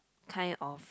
kind of